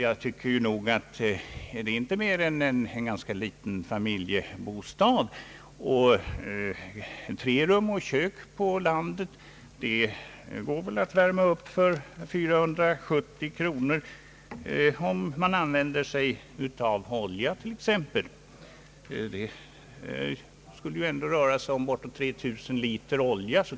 Detta är inte mer än en ganska liten familjebostad, och tre rum och kök på landet går säkert att värma upp för 470 kronor om man t.ex. använder olja. Det skulle ändå räcka till bortåt 3 000 liter olja.